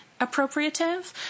appropriative